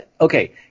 okay